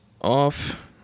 off